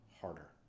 harder